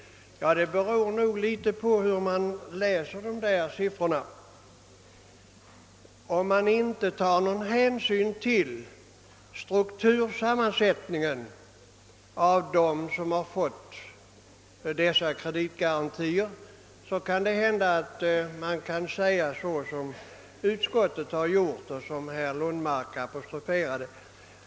Det beror nog litet på hur man Jläser siffrorna. Om man inte tar hänsyn till struktursammansättningen när det gäller de företag som fått kreditgarantier, kan man säga som utskottet har gjort och som herr Lundmark apostroferat.